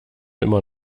immer